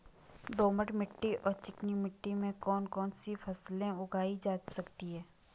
दोमट मिट्टी और चिकनी मिट्टी में कौन कौन सी फसलें उगाई जा सकती हैं?